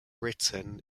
written